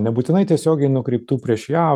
nebūtinai tiesiogiai nukreiptų prieš ją